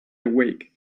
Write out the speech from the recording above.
awake